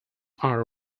are